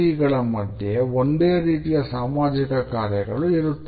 ಗಳ ಮಧ್ಯೆ ಒಂದೇ ರೀತಿಯ ಸಾಮಾಜಿಕ ಕಾರ್ಯಗಳು ಇರುತ್ತವೆ